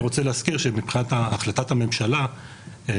אני רוצה להזכיר שמבחינת החלטת הממשלה,